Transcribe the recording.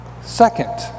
Second